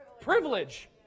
privilege